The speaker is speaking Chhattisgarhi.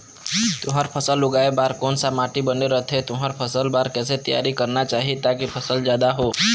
तुंहर फसल उगाए बार कोन सा माटी बने रथे तुंहर फसल बार कैसे तियारी करना चाही ताकि फसल जादा हो?